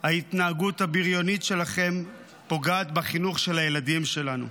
ההתנהגות הבריונית שלכם פוגעת בחינוך של הילדים שלנו.